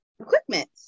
equipment